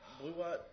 blue-white